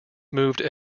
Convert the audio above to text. moved